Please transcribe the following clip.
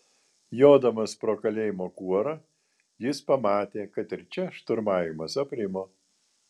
jodamas pro kalėjimo kuorą jis pamatė kad ir čia šturmavimas aprimo